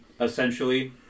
essentially